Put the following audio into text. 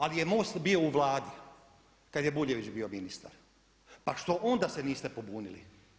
Ali je Most bio u Vladi kada je Buljvić bio ministar, pa što onda se niste pobunili?